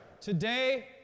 Today